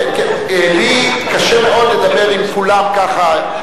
לי קשה מאוד לדבר עם כולם ככה.